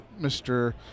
Mr